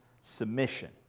submission